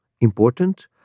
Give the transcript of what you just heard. important